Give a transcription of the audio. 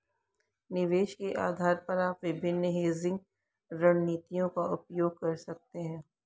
निवेश के आधार पर आप विभिन्न हेजिंग रणनीतियों का उपयोग कर सकते हैं